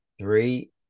three